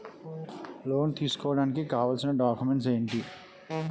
Loan తీసుకోడానికి కావాల్సిన documents ఎంటి?